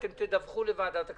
אתם תדווח לוועדת הכספים.